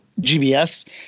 GBS